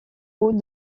haut